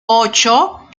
ocho